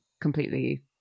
completely